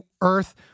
earth